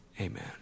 Amen